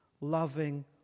loving